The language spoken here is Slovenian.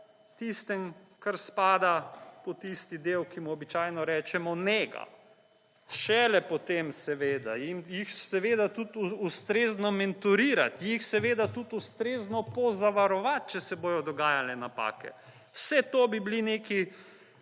tistem, kar spada v tisti del, ki mu običajno rečemo nega. Šele potem seveda in jih seveda tudi ustrezno mentorirati, jih seveda tudi ustrezno pozavarovati, če se bodo dogajale napake. Vse to bi bili neki